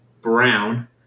brown